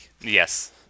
Yes